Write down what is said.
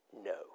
no